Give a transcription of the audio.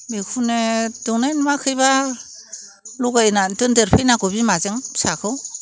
बेखौनो दौनाय नुवाखैबा लगायनानै दोनदेरफैनांगौ बिमाजों फिसाखौ